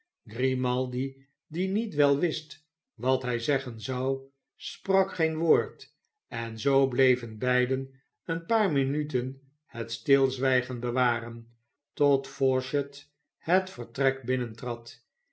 grimaldi die niet wel wist wat hij zeggen zou sprak geen woord en zoo bleven beiden een paar minuten het stilzwijgen bewaren totdat fawcett het vertrek